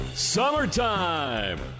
summertime